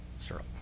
syrup